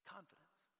Confidence